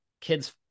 kids